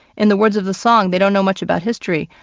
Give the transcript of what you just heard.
in the words of the song, they don't know much about history.